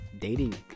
dating